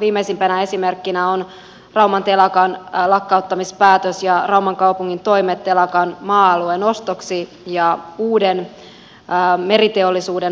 viimeisimpänä esimerkkinä on rauman telakan lakkauttamispäätös ja rauman kaupungin toimet telakan maa alueen ostoksi ja uuden meriteollisuuden saamiseksi alueelle